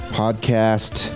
podcast